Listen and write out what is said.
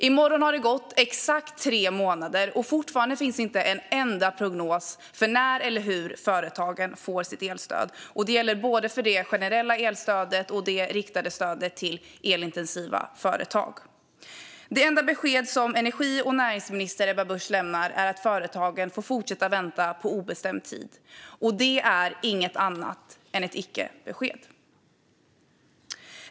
I morgon har det gått exakt tre månader, och fortfarande finns det inte en enda prognos för när eller hur företagen ska få sitt elstöd. Det gäller både det generella elstödet och det riktade stödet till elintensiva företag. Det enda besked som energi och näringsminister Ebba Busch lämnar är att företagen får fortsätta vänta på obestämd tid, och det är inget annat än ett icke-besked.